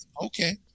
Okay